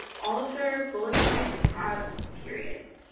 all of their bullet points have periods.